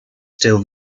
still